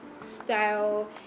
style